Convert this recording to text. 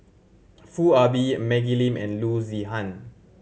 Foo Ah Bee Maggie Lim and Loo Zihan